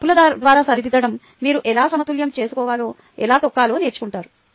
మీ తప్పుల ద్వారా సరిదిద్దడం మీరు ఎలా సమతుల్యం చేసుకోవాలో ఎలా తొక్కాలో నేర్చుకుంటారు